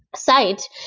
site.